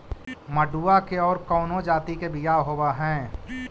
मडूया के और कौनो जाति के बियाह होव हैं?